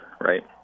right